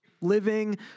Living